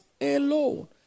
Alone